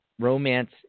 Romance